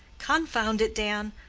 confound it, dan!